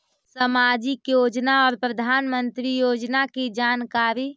समाजिक योजना और प्रधानमंत्री योजना की जानकारी?